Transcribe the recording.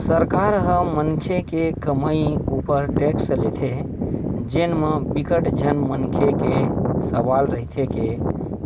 सरकार ह मनखे के कमई उपर टेक्स लेथे जेन म बिकट झन मनखे के सवाल रहिथे के